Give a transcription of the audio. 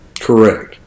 Correct